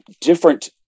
different